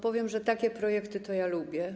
Powiem, że takie projekty to ja lubię.